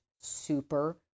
super